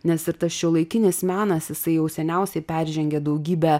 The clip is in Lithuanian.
nes ir tas šiuolaikinis menas jisai jau seniausiai peržengė daugybę